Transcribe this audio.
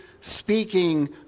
speaking